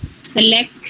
Select